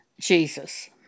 Jesus